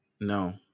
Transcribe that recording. No